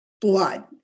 blood